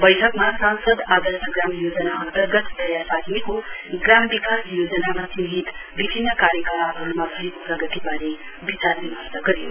बैठकमा सांसद आदर्श ग्राम योजना अन्तर्गत तयार पारिएको ग्राम विकास योजनामा चिन्हित विभिन्न कार्यकलापहरूमा भएको प्रगतिबारे विचारविमर्श गरियो